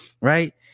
right